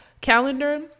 calendar